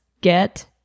get